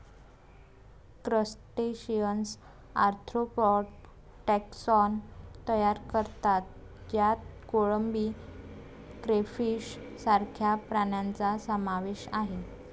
crustaceans arthropod taxon तयार करतात ज्यात कोळंबी, क्रेफिश सारख्या प्राण्यांचा समावेश आहे